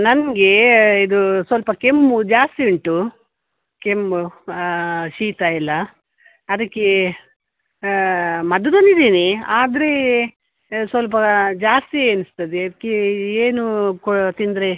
ನಂಗೇ ಇದು ಸ್ವಲ್ಪ ಕೆಮ್ಮು ಜಾಸ್ತಿ ಉಂಟು ಕೆಮ್ಮು ಶೀತ ಎಲ್ಲ ಅದಕ್ಕೇ ಮದ್ದು ತಂದಿದೀನಿ ಆದರೆ ಸ್ವಲ್ಪಾ ಜಾಸ್ತಿ ಅನಿಸ್ತದೆ ಅದ್ಕೇ ಏನೂ ಕೊ ತಿಂದರೆ